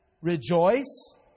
Rejoice